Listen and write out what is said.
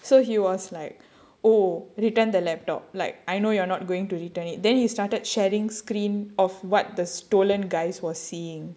so he was like oh return the laptop like I know you're going to return it then he started sharing screen of what the stolen guy's was seeing